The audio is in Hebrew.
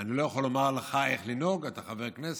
אני לא יכול לומר לך איך לנהוג, אתה חבר כנסת,